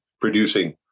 producing